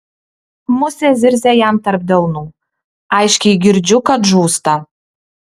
musė zirzia jam tarp delnų aiškiai girdžiu kad žūsta